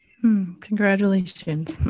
Congratulations